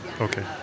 Okay